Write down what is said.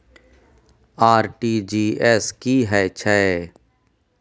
RTG S की है छै?